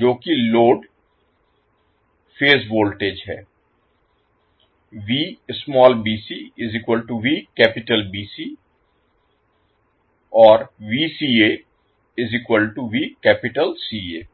जो कि load phase voltage है और